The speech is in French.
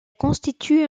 constitue